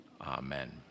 amen